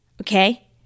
Okay